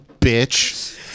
Bitch